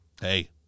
hey